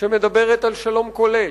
שמדברת על שלום כולל,